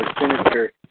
sinister